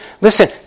Listen